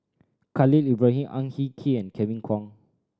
Khalil Ibrahim Ang Hin Kee and Kevin Kwan